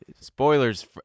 Spoilers